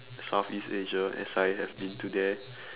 southeast asia as I have been to there